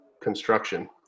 construction